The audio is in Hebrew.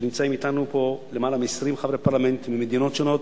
שנמצאים אתנו פה למעלה מ-20 חברי פרלמנטים ממדינות שונות,